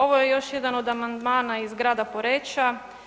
Ovo je još jedan od amandmana iz grada Poreča.